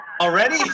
Already